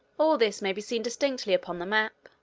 all this may be seen distinctly upon the map.